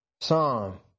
Psalm